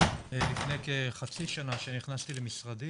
לפני כחצי שנה כשנכנסתי למשרדי